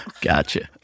Gotcha